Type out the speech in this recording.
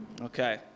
Okay